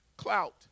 clout